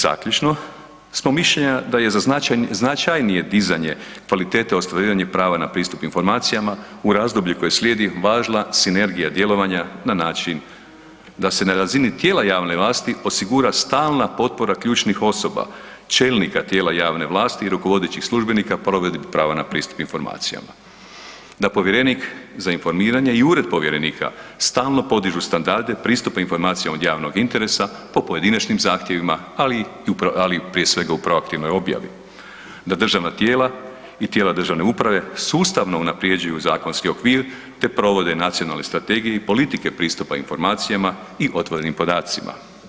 Zaključno smo mišljenja da je za značajnije dizanje kvalitete te ostvarivanje prava na pristup informacijama u razdoblju koje slijedi važila sinergija djelovanja na način da se na razini tijela javne vlasti osigura stalna potpora ključnih osoba, čelnika tijela javne vlasti i rukovodećih službenika u provedbi prava na pristup informacijama, da povjerenik za informiranje i ured povjerenika stalno podižu standarde pristupa informacijama od javnog interesa po pojedinačnim zahtjevima ali prije svega u proaktivnoj objavi, da državna tijela i tijela državne uprave sustavno unaprjeđuju zakonski okvir te provode nacionalne strategije i politike pristupa informacijama i otvorenim podacima.